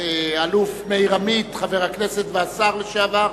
האלוף מאיר עמית, חבר הכנסת והשר לשעבר,